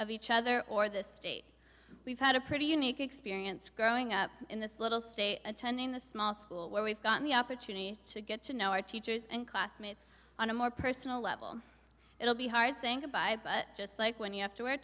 of each other or this state we've had a pretty unique experience growing up in this little state attending a small school where we've got the opportunity to get to know our teachers and classmates on a more personal level it will be hard saying goodbye just like when you have to wear